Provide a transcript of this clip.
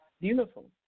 Beautiful